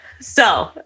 So-